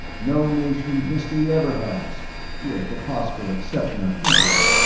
no nation in history ever has with the possible exception of egypt.